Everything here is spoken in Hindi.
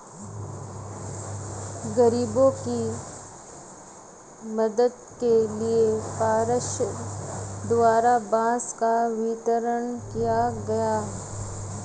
गरीबों के मदद के लिए पार्षद द्वारा बांस का वितरण किया गया